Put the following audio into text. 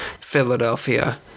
Philadelphia